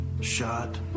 shot